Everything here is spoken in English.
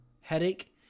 headache